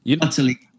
utterly